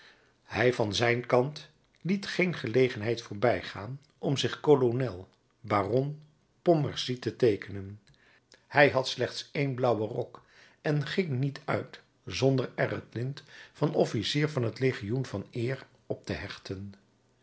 hij van zijn kant liet geen gelegenheid voorbijgaan om zich kolonel baron pontmercy te teekenen hij had slechts één blauwen rok en ging niet uit zonder er het lint van officier van het legioen van eer op te hechten